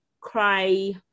cry